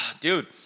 Dude